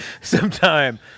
Sometime